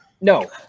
No